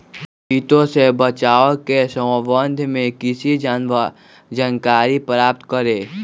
किटो से बचाव के सम्वन्ध में किसी जानकारी प्राप्त करें?